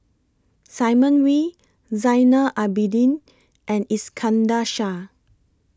Simon Wee Zainal Abidin and Iskandar Shah